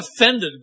offended